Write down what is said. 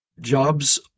jobs